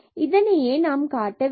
இதையே நாம் காட்ட வேண்டும்